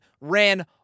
ran